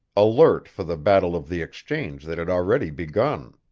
alert for the battle of the exchange that had already begun.